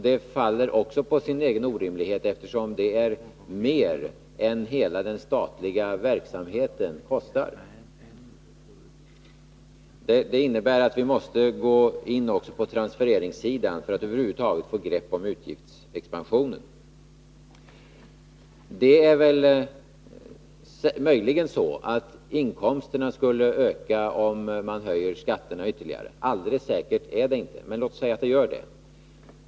Det faller också på sin egen orimlighet, eftersom det är mer än vad hela den statliga verksamheten kostar. Det innebär att vi måste gå in också på transfereringssidan för att över huvud taget få grepp om utgiftsexpansionen. Möjligen skulle inkomsterna öka om skatterna höjs ytterligare. Alldeles säkert är det inte — men låt oss säga att det blir så.